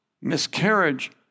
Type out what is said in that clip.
miscarriage